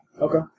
Okay